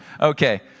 Okay